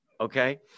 okay